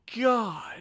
God